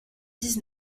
dix